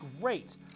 great